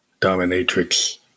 dominatrix